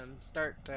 start